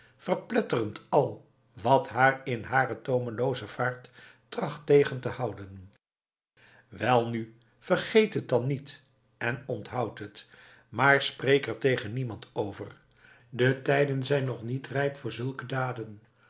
verpletterend al wat haar in hare toomelooze vaart tracht tegen te houden welnu vergeet het dan niet en onthoud het maar spreek er tegen niemand over de tijden zijn nog niet rijp voor zulke daden